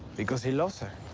because he loves her.